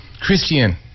Christian